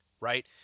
Right